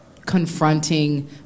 confronting